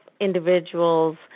individuals